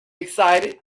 excited